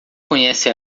conhece